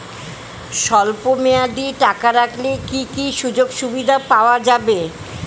স্বল্পমেয়াদী টাকা রাখলে কি কি সুযোগ সুবিধা পাওয়া যাবে?